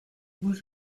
vous